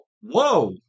Whoa